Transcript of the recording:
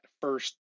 first